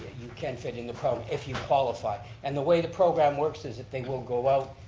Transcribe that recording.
can fit in the program if you qualify. and the way the program works is if they will go out,